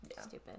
stupid